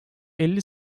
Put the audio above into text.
elli